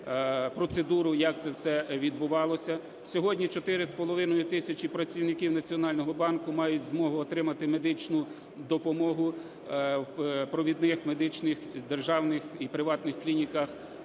процедуру, як це все відбувалося. Сьогодні 4,5 тисячі працівників Національного банку мають змогу отримати медичну допомогу в провідних медичних державних і приватних клініках